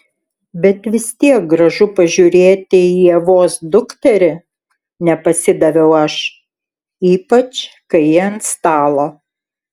bet vis tiek gražu pažiūrėti į ievos dukterį nepasidaviau aš ypač kai ji ant stalo